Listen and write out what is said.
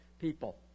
people